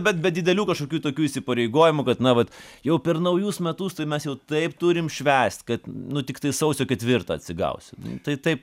bet be didelių kažkokių tokių įsipareigojimų kad na vat jau per naujus metus tai mes jau taip turim švęst kad nu tiktai sausio ketvirtą atsigausim tai taip